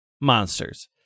monsters